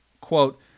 Quote